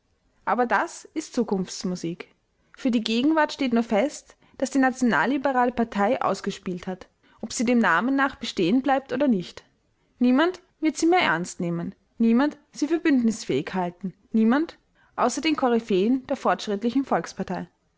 aber das ist zukunftsmusik für die gegenwart steht nur fest daß die nationalliberale partei ausgespielt hat ob sie dem namen nach bestehen bleibt oder nicht niemand wird sie mehr ernst nehmen niemand sie für bündnisfähig halten niemand außer den koryphäen der fortschrittlichen volkspartei